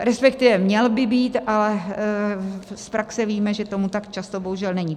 Respektive měl by být, ale z praxe víme, že tomu tak často bohužel není.